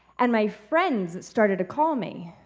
and my friends started to call me